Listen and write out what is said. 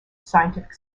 scientific